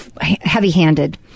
heavy-handed